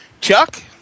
Chuck